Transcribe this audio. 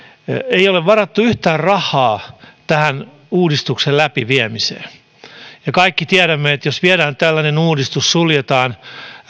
ei ole varattu yhtään rahaa tämän uudistuksen läpiviemiseen kaikki tiedämme että jos viedään tällainen uudistus suljetaan